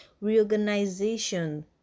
reorganization